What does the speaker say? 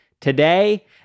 today